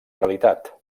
realitat